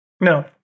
No